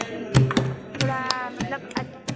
जी थोड़ा मतलब